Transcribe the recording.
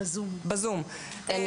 אני בזום, לצערי.